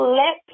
let